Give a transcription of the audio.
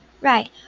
Right